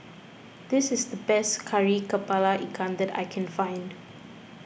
this is the best Kari Kepala Ikan that I can find